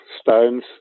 Stones